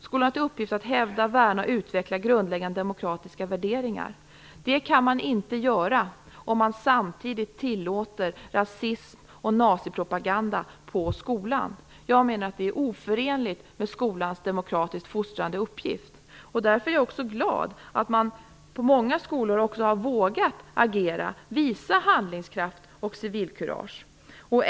Skolan har till uppgift att hävda, värna och utveckla grundläggande demokratiska värderingar. Det kan man inte göra om man samtidigt tillåter rasism och nazipropaganda på skolan. Jag menar att det är oförenligt med skolans demokratiskt fostrande uppgift. Jag är därför glad att man på många skolor har vågat agera och visa handlingskraft och civilkurage.